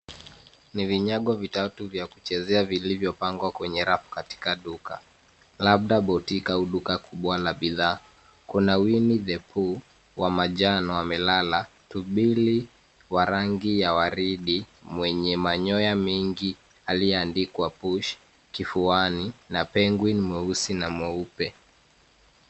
Ni vinyago vitatu vya kuchezewa vilivyopangwa kwenye rafu katika duka, labda duka kubwa la watoto. Kuna panda wa rangi ya manjano akiwa amelala, dubu wa rangi ya waridi mwenye manyoya mengi aliyeandikwa push kifuani, na penguin mweusi na mweupe.